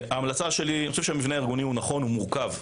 אני חושב שהמבנה הארגוני נכון ומורכב,